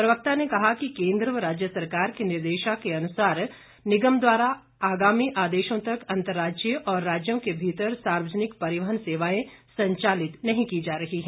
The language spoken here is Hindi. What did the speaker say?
प्रवक्ता ने कहा कि केंद्र व राज्य सरकार के निर्देशों के अनुसार निगम द्वारा आगामी आदेशों तक अंतर्राज्यीय और राज्यों के भीतर सार्वजनिक परिवहन सेवाएं संचालित नहीं की जा रही हैं